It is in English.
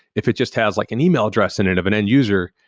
if it just has like an email address in it of an end user,